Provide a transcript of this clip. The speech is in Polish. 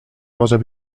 może